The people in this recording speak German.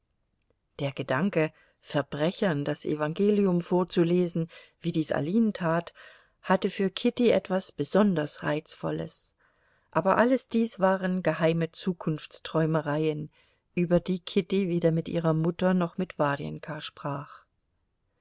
der gedanke verbrechern das evangelium vorzulesen wie dies aline tat hatte für kitty etwas besonders reizvolles aber alles dies waren geheime zukunftsträumereien über die kitty weder mit ihrer mutter noch mit warjenka sprach